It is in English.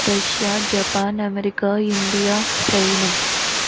Russia Japan America India China